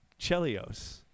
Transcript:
Chelios